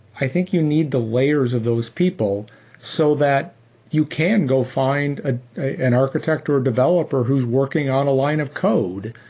i think you need the layers of those people so that you can go find ah an an architect or a developer who is working on a line of code.